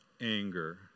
anger